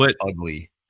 ugly